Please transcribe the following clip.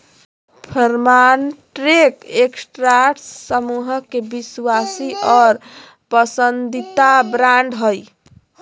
Farmtrac Escorts समूह के विश्वासी और पसंदीदा ब्रांड हइ